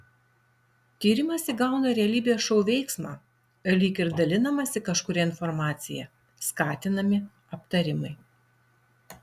tyrimas įgauną realybės šou veiksmą lyg ir dalinamasi kažkuria informacija skatinami aptarimai